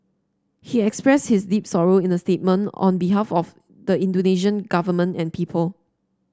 he expressed his deep sorrow in a statement on behalf of the Indonesian Government and people